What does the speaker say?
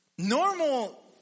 Normal